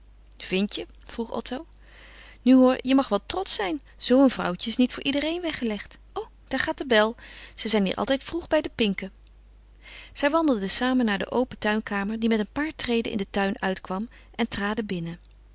vindt je vroeg otto nu hoor je mag wel trotsch zijn zoo een vrouwtje is niet voor iedereen weggelegd o daar gaat de bel ze zijn hier altijd vroeg bij de pinken zij wandelden samen naar de open tuinkamer die met een paar treden in den tuin uitkwam en traden binnen